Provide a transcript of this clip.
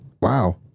Wow